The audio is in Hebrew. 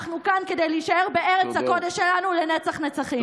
אנחנו כאן כדי להישאר בארץ הקודש שלנו לנצח-נצחים.